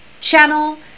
channel